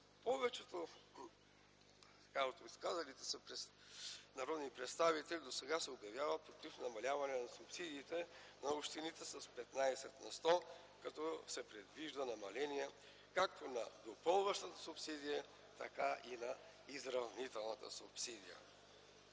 Повечето от изказалите се народни представители досега се обявяват против намаляване на субсидиите на общините с 15 на сто, като се предвижда намаление както на допълващата субсидия, така и на изравнителната субсидия.